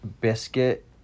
biscuit